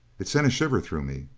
it sent a shiver through me.